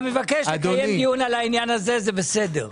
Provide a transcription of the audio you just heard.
אתה מבקש לקיים דיון על העניין הזה, זה בסדר.